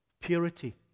Purity